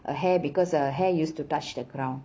uh hair because her hair used to touch the ground